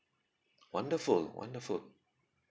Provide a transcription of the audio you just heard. wonderful wonderful